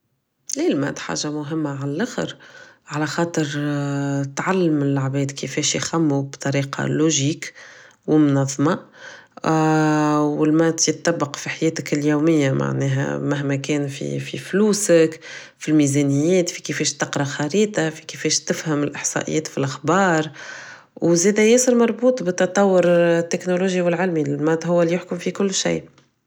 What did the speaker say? لا الماط حاجة مهمة علخر على خاطر تعلم العباد كيفاش يخمو بطريقة لوجيك و منظمة و الماط يتطبق فحياتك اليومية معناها مهما كان في فلوسك في الميزانيات في كيفاش تقرا خريطة في كيفاش تفهم الاحصائيات فالاخبار و زادا ياسر مربوط بالتطور التجنولوجي و العلمي الماط هو اللي يحكم في كل شي